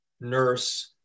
nurse